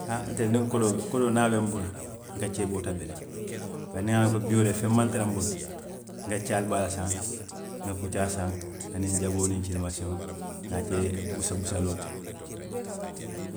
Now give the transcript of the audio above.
Ha nte niŋ kodoo, kodoo niŋ a be n bulu, n ka ceeboo tabi le, bari niŋ n ŋa a loŋ ko bii wo de feŋ maŋ tara n bulu, n ka caali baa le saŋ, n ŋa kuccaa saŋ, aniŋ jaboo niŋ kini masiŋo n ŋa a ke busabusaloo ti haa